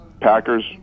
Packers